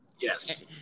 Yes